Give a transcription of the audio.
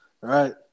Right